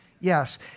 Yes